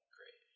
Great